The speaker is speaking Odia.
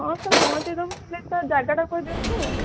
ହଁ ସାର୍ ପହଞ୍ଚାଇ ଦେବୁ ହେଲେ ସାର୍ ଜାଗାଟା କହିଦିଅନ୍ତୁ